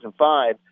2005